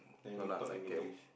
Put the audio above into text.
never really talk in English